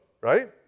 right